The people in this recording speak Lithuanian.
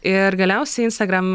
ir galiausiai instagram